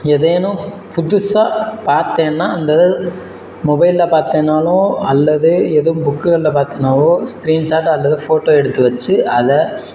ஏதேனும் புதுசாக பார்த்தேன்னா அந்த இதை மொபைலில் பார்த்தேன்னாலும் அல்லது எதுவும் புக்குகளில் பார்த்தேன்னாவோ ஸ்க்ரீன் ஷாட் அல்லது ஃபோட்டோ எடுத்து வச்சு அதை